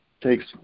takes